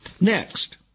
Next